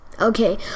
Okay